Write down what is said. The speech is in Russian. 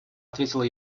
ответила